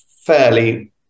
fairly